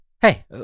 Hey